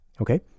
Okay